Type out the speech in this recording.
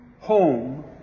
home